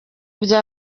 bya